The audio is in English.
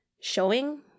showing